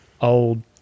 old